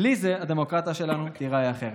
בלי זה, הדמוקרטיה שלנו תיראה אחרת.